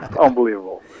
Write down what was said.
unbelievable